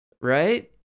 Right